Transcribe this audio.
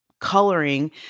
coloring